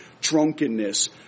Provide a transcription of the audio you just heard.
drunkenness